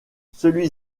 celui